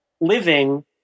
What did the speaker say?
living